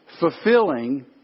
fulfilling